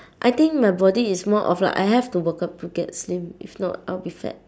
I think my body is more of like I have to work out to get slim if not I'll be fat